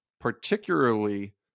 particularly